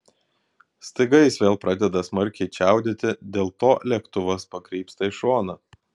staiga jis vėl pradeda smarkiai čiaudėti dėl to lėktuvas pakrypsta į šoną